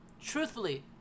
truthfully